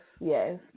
yes